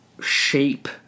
shape